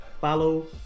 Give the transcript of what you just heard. follow